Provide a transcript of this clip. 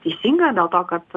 teisinga dėl to kad